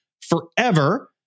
forever